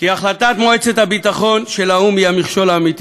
החלטת מועצת הביטחון של האו"ם היא המכשול האמיתי